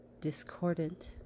discordant